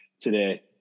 today